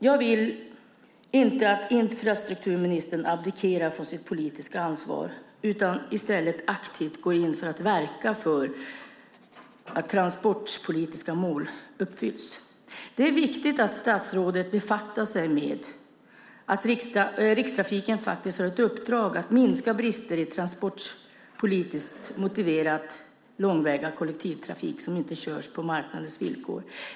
Jag vill inte att infrastrukturministern abdikerar från sitt politiska ansvar, utan i stället aktivt går in för att verka för att transportpolitiska mål uppfylls. Det är viktigt att statsrådet befattar sig med det faktum att Rikstrafiken har ett uppdrag att minska brister i transportpolitiskt motiverad långväga kollektivtrafik som inte körs på marknadens villkor.